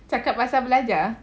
cakap pasal belajar